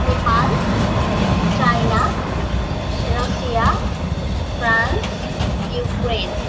Nepal China Russia France Ukraine